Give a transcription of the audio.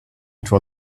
into